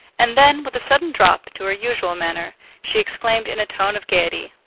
and then, with a sudden drop to her usual manner, she exclaimed in a tone of gaiety,